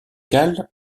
cales